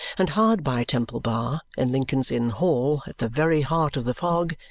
and hard by temple bar, in lincoln's inn hall, at the very heart of the fog,